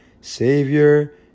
Savior